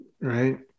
right